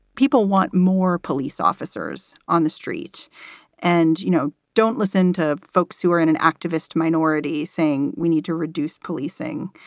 people want more police officers on the streets and, you know, don't listen to folks who are in an activist minority saying we need to reduce policing.